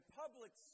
public